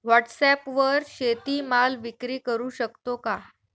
व्हॉटसॲपवर शेती माल विक्री करु शकतो का?